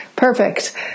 Perfect